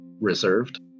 reserved